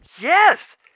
Yes